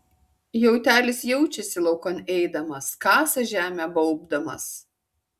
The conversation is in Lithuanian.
jautelis jaučiasi laukan eidamas kasa žemę baubdamas